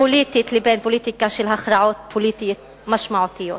פוליטית לבין פוליטיקה של הכרעות פוליטיות משמעותיות